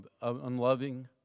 unloving